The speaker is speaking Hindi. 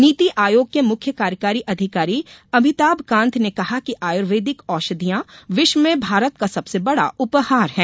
नीति आयोग के मुख्य कार्यकारी अधिकारी अभिताभ कांत ने कहा कि आयुर्वेदिक औषधियां विश्व में भारत का सबसे बडा उपहार है